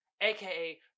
aka